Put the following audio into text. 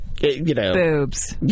boobs